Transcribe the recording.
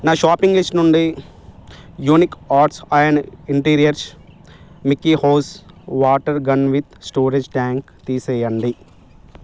నా shopping list నుండి unique arts ion interiors Mickey hose water gun with storage tank తీసేయండి